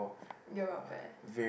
your welfare